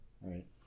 Right